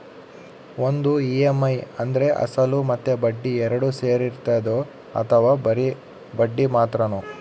ಒಂದು ಇ.ಎಮ್.ಐ ಅಂದ್ರೆ ಅಸಲು ಮತ್ತೆ ಬಡ್ಡಿ ಎರಡು ಸೇರಿರ್ತದೋ ಅಥವಾ ಬರಿ ಬಡ್ಡಿ ಮಾತ್ರನೋ?